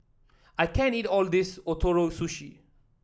I can't eat all of this Ootoro Sushi